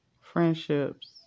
friendships